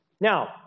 Now